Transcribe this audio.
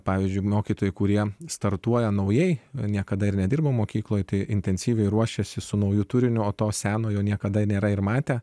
pavyzdžiui mokytojai kurie startuoja naujai niekada ir nedirbo mokykloje taip intensyviai ruošėsi su nauju turiniu o to senojo niekada nėra ir matę